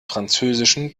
französischen